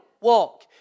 walk